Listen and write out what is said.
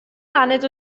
baned